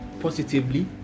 positively